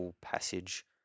passage